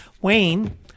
Wayne